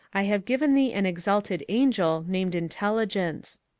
i have given thee an exalted angel named intelligence.